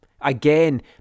Again